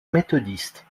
méthodiste